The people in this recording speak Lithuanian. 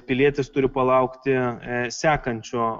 pilietis turi palaukti sekančio